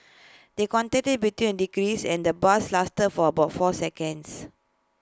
the contact between the deceased and the bus lasted for about four seconds